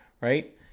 right